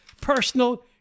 personal